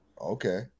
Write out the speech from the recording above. okay